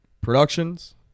Productions